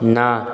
না